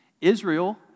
Israel